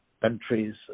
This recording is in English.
countries